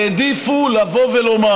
העדיפו לבוא ולומר: